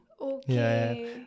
Okay